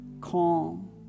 calm